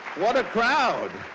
what a crowd!